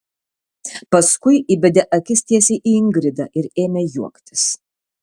paskui įbedė akis tiesiai į ingridą ir ėmė juoktis